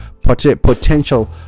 potential